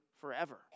forever